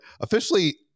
Officially